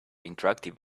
interactive